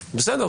בסדר,